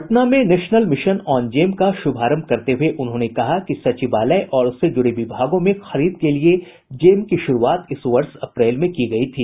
पटना में national mission on GeM का शुभारंभ करते हुए उन्होंने कहा कि सचिवालय और उससे जूड़े विभागों में खरीद के लिए जेम की शुरूआत इस वर्ष अप्रैल में की गई थी